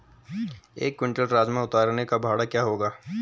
एक क्विंटल राजमा उतारने का भाड़ा क्या होगा?